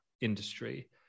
industry